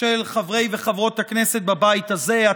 של חברי וחברות הכנסת בבית הזה.